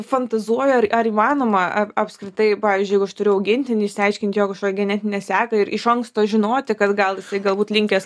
fantazuoju ar ar įmanoma ar apskritai pavyzdžiui aš turiu augintinį išsiaiškint jo kažkokią genetinę seką ir iš anksto žinoti kad gal jisai galbūt linkęs